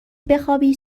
بخوابی